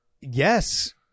Yes